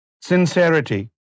sincerity